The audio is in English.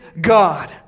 God